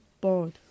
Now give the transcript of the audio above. board